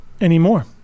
Anymore